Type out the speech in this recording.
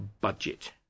budget